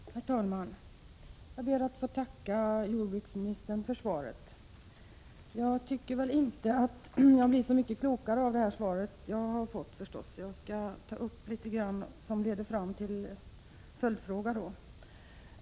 Herr talman! Jag ber att få tacka jordbruksministern för svaret. Jag tycker väl inte att jag blir så mycket klokare av det svar jag har fått, och jag skall ta upp en del saker som leder fram till en följdfråga.